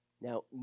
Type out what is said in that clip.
Now